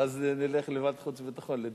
ואז נלך לוועדת חוץ וביטחון לדיון.